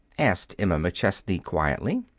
asked emma mcchesney quietly.